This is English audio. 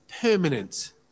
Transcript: permanent